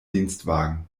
dienstwagen